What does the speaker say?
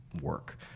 work